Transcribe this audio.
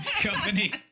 Company